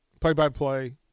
play-by-play